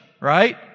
right